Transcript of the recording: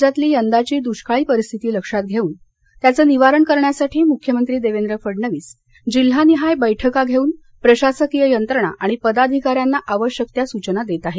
राज्यातली यंदाची दुष्काळी परिस्थिती लक्षात घेऊन त्याचं निवारण करण्यासाठी मुख्यमंत्री देवेंद्र फडणवीस हे जिल्हानिहाय बैठका घेऊन प्रशासकीय यंत्रणा आणि पदाधिकाऱ्यांना आवश्यक त्या सूचना देत आहेत